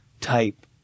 type